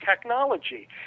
technology